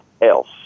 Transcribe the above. else